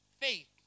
faith